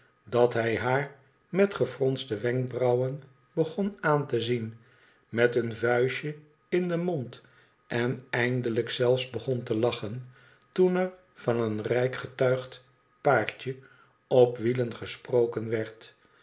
dat hij haar met gefronste wenkbrauwen begon aan te zien met een vuistje in den mond en eindelijk zelfe begon te lachen toen er van een rijk getuigd paardje op wielen gesproken werd